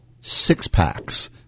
six-packs